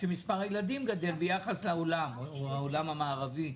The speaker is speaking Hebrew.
שמספר הילדים גדל ביחס לעולם או העולם המערבי?